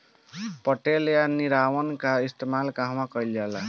पटेला या निरावन का इस्तेमाल कहवा कइल जाला?